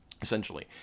essentially